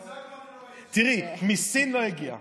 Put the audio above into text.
אפילו בוזגלו, תראי, מסין לא הגיע.